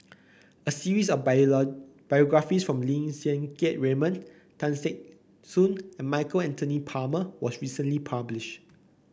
a series of biographies from Lim Siang Keat Raymond Tan Teck Soon and Michael Anthony Palmer was recently published